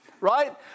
right